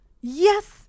Yes